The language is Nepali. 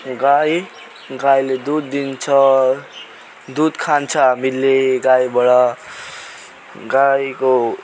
गाई गाईले दुध दिन्छ दुध खान्छ हामीले गाईबाट गाईको